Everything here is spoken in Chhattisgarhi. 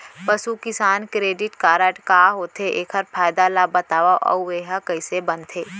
पसु किसान क्रेडिट कारड का होथे, एखर फायदा ला बतावव अऊ एहा कइसे बनथे?